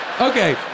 Okay